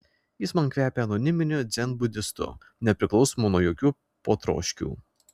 jis man kvepia anoniminiu dzenbudistu nepriklausomu nuo jokių potroškių